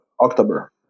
October